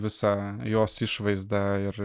visą jos išvaizdą ir